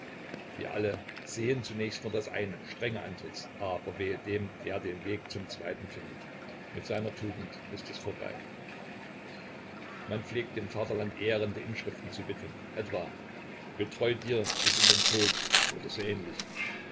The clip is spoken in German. wir alle sehen zunächst nur das eine strenge antlitz aber wehe dem der den weg zum zweiten findet mit seiner tugend ist es vorbei man pflegt dem vaterland ehrende inschriften zu widmen etwa getreu dir bis in den tod oder so